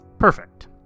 Perfect